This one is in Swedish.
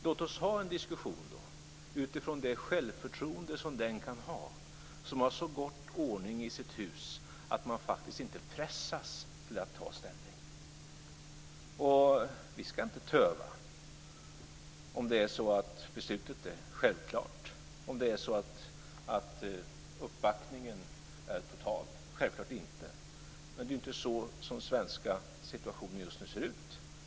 Låt oss ha en diskussion utifrån det självförtroende som den kan ha som har så god ordning i sitt hus att han faktiskt inte pressas till att ta ställning. Vi skall inte töva om beslutet är självklart, om uppbackningen är total. Självklart inte. Men det är inte så den svenska situationen just nu ser ut.